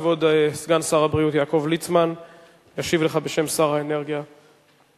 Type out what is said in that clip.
כבוד סגן שר הבריאות יעקב ליצמן ישיב לך בשם שר האנרגיה והמים.